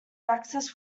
access